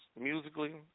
musically